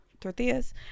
tortillas